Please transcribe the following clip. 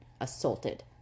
assaulted